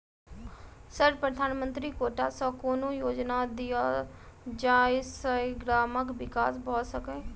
Sir प्रधानमंत्री कोटा सऽ कोनो योजना दिय जै सऽ ग्रामक विकास भऽ सकै?